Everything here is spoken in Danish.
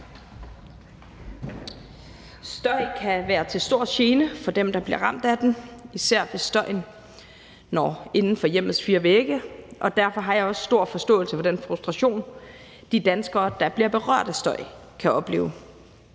Støj kan være til stor gene for dem, der bliver ramt af den, især hvis støjen når inden for hjemmets fire vægge, og derfor har jeg også stor forståelse for den frustration, de danskere, der bliver berørt af støj, kan opleve,